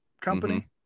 company